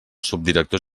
subdirector